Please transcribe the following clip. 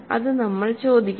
അത് നമ്മൾ ചോദിക്കണം